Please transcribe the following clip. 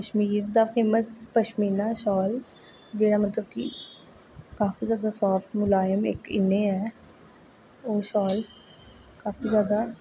कशमीर दा फेमस पशमीना शाल जेहड़ा मतलब कि काफी ज्यादा साफ्ट मुलायम इक इन्ने ऐ ओह् शाल काफी ज्यादा